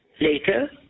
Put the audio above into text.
later